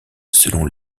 selon